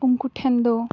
ᱩᱱᱠᱩ ᱴᱷᱮᱱ ᱫᱚ